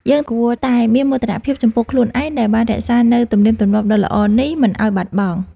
យើងគួរតែមានមោទនភាពចំពោះខ្លួនឯងដែលបានរក្សានូវទំនៀមទម្លាប់ដ៏ល្អនេះមិនឱ្យបាត់បង់។